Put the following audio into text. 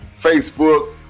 Facebook